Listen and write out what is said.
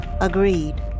Agreed